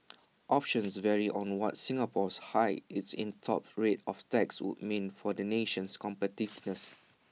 options vary on what Singapore's hike its in top rate of tax would mean for the nation's competitiveness